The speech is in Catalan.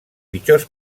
pitjors